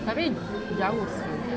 tapi jauh seh